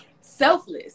selfless